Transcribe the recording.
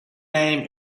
name